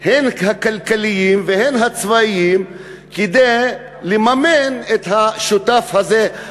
הן הכלכליים והן הצבאיים כדי לממן את השותף הזה,